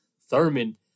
Thurman